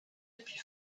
depuis